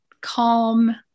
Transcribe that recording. calm